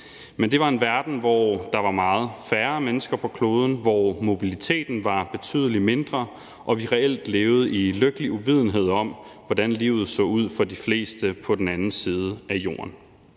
men det var en verden, hvor der var meget færre mennesker på kloden, hvor mobiliteten var betydelig mindre, og hvor vi reelt levede i lykkelig uvidenhed om, hvordan livet så ud for de fleste på den anden side af Jorden.